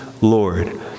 Lord